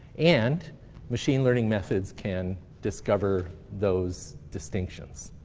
and machine learning methods can discover those distinctions.